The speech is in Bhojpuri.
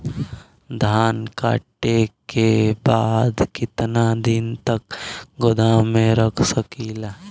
धान कांटेके बाद कितना दिन तक गोदाम में रख सकीला?